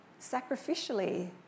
sacrificially